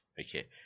Okay